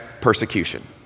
persecution